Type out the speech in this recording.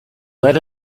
let